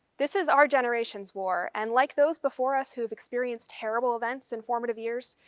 this is our generation's war, and like those before us who've experienced terrible events in formative years,